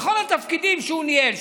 בכל התפקידים שהוא ניהל,